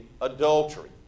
adultery